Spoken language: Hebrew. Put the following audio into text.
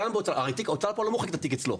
הרי הוצאה לפועל לא מוחקת את התיק אצלו.